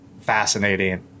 fascinating